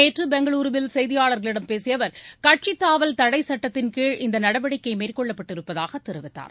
நேற்று பெங்களுருவில் செய்தியாளர்களிடம் பேசிய அவர் கட்சித் தாவல் தடைச்சுட்டத்தின்கீழ் இந்த நடவடிக்கை மேற்கொள்ளப்பட்டிருப்பதாக தெரிவித்தார்